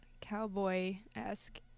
cowboy-esque